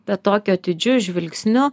bet tokiu atidžiu žvilgsniu